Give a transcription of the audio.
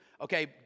okay